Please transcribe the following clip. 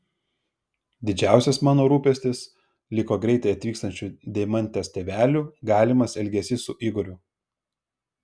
didžiausias mano rūpestis liko greitai atvykstančių deimantės tėvelių galimas elgesys su igoriu